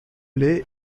lay